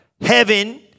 Heaven